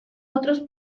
otros